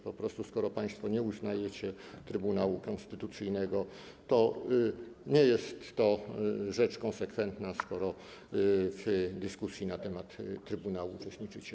Po prostu, skoro państwo nie uznajecie Trybunału Konstytucyjnego, to nie jest rzeczą konsekwentną, że w dyskusji na temat trybunału uczestniczycie.